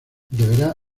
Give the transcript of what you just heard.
deberá